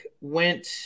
went